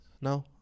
No